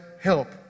help